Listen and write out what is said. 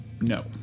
no